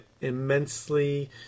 immensely